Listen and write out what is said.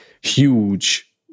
huge